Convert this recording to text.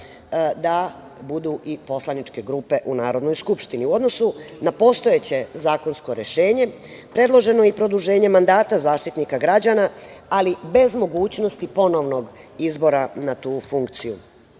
da budu i poslaničke grupe u Narodnoj skupštini. U odnosu na postojeće zakonsko rešenje, predloženo i produženje mandata Zaštitnika građana, ali bez mogućnosti ponovnog izbora na tu funkciju.U